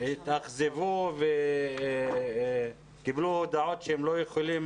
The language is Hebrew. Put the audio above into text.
שהתאכזבו וקיבלו הודעות שהם לא יכולים